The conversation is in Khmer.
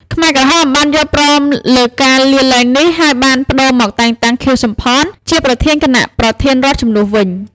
ខ្មែរក្រហមបានយល់ព្រមលើការលាលែងនេះ ហើយបានប្តូរមកតែងតាំង ខៀវ សំផន ជាប្រធានគណៈប្រធានរដ្ឋជំនួសវិញ។